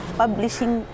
publishing